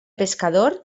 pescador